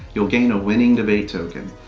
you'll gain a winning debate token.